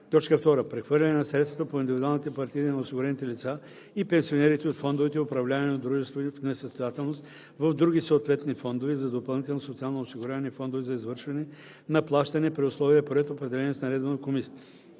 2. прехвърляне на средствата по индивидуалните партиди на осигурените лица и пенсионерите от фондовете, управлявани от дружеството в несъстоятелност, в други съответни фондове за допълнително социално осигуряване и фондове за извършване на плащания при условия и по ред, определени с наредба на